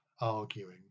arguing